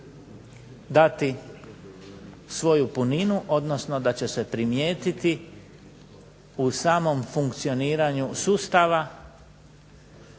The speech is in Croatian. dati svoju puninu, odnosno sa će se primijetiti u samom funkcioniranju sustava,